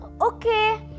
okay